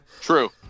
True